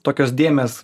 tokios dėmės